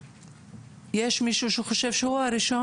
יש מישהו שחושב שהוא הראשון,